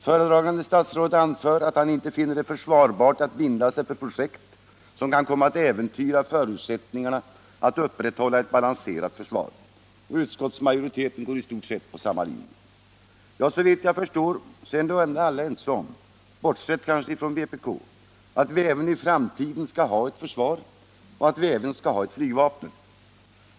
Föredragande statsråd anför att han inte finner det försvarbart att binda sig för projekt som kan komma att äventyra förutsättningarna att upprätthålla ett balanserat försvar. Utskottsmajoriteten går i stort sett på samma linje. Ja, såvitt jag förstår, så är ändock alla — bortsett kanske från vpk — ense om att vi även i framtiden skall ha ett försvar och att vi även skall ha ett flygvapen.